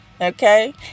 Okay